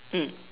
mm